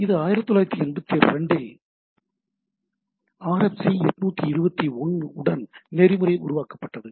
இது 1982 ஆம் ஆண்டில் RFC 821 உடன் நெறிமுறை உருவாக்கப்பட்டது